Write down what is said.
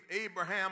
Abraham